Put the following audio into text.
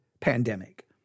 pandemic